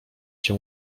się